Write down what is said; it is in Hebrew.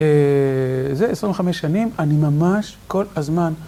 זה 25 שנים, אני ממש כל הזמן...